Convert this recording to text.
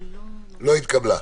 לא התקבלה.